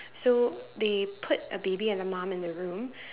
so they put a baby and a mum in a room